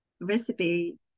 recipe